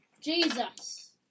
Jesus